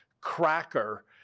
Cracker